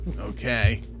Okay